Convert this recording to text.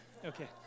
Okay